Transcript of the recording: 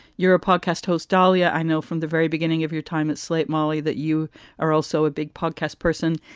you're a podcast host, daliah. i know from the very beginning of your time at slate, molly, that you are also a big podcast person.